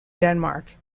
denmark